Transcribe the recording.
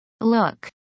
Look